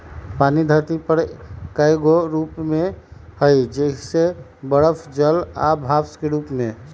पानी धरती पर कए गो रूप में हई जइसे बरफ जल आ भाप के रूप में